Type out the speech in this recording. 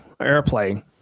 airplay